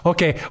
Okay